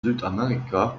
südamerika